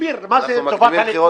תסביר מה זה "טובת הליכוד"?